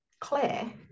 Claire